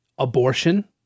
Abortion